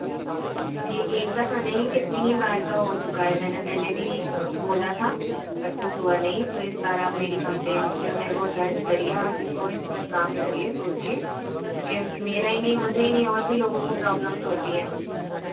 یہ ایک دفعہ نہیں کتنی ہی بار کا ہو چکا ہے میں نے پہلے بھی بولا تھا بٹ کچھ ہوا نہیں تو اس بار آپ میری کمپلین جو ہے وہ درج کریے آپ اس کو اس میں کام کریے سوچیے کیونکہ میرا ہی نہیں مجھے ہی نہیں اور بھی لوگوں کو پرابلمس ہوتی ہے